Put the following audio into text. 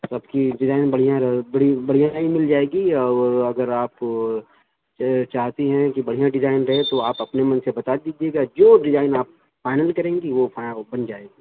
آپ کی ڈیزائن بڑھیا رہو بڑھیا ہی مل جائے گی اور اگر آپ چاہتی ہیں کہ بڑھیا ڈیزائن رہے تو آپ من سے بتا دیجیے گا جو ڈیزائن آپ فائنل کریں گی وہ فا بن جائے گی